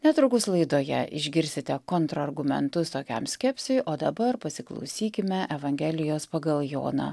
netrukus laidoje išgirsite kontrargumentus tokiam skepsiui o dabar pasiklausykime evangelijos pagal joną